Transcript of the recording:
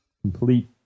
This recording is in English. complete